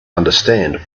understand